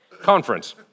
conference